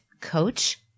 coach